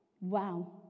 Wow